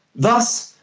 thus,